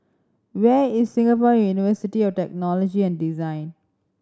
where is Singapore University of Technology and Design